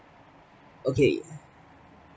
okay